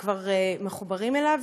שכבר מחוברים אליו,